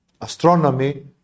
astronomy